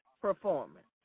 performance